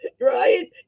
Right